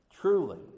Truly